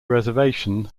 reservation